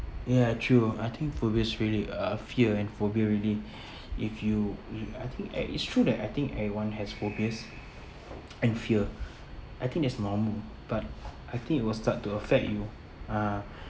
ya true I think phobias really uh fear and phobia really if you I think uh it's true that I think everyone has phobias and fear I think it's normal but I think it will start to affect you uh